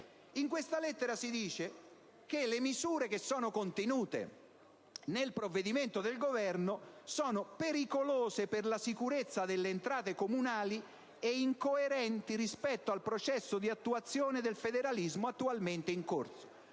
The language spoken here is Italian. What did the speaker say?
In questa lettera si dice che le misure che sono contenute nel provvedimento del Governo sono pericolose per la sicurezza delle entrate comunali e incoerenti rispetto al processo di attuazione del federalismo attualmente in corso